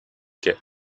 que